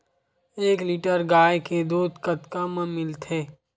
एक लीटर गाय के दुध कतका म मिलथे?